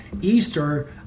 Easter